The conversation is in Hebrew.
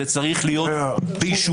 זה צריך להיות באישורו.